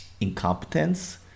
Incompetence